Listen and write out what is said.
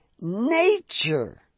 nature